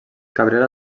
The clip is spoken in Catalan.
cabrera